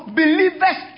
believers